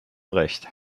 recht